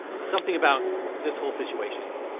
something about this whole situation,